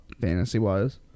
fantasy-wise